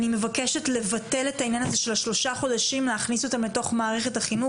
אני מבקשת לבטל את העניין הזה של השלושה חודשים להכנסתם למערכת החינוך.